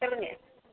சொல்லுங்கள்